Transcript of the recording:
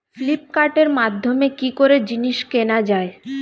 ফ্লিপকার্টের মাধ্যমে কি করে জিনিস কেনা যায়?